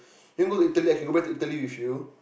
you want to go Italy I go back Italy with you